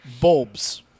bulbs